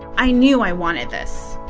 i knew i wanted this.